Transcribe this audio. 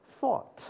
thought